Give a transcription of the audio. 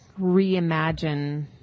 reimagine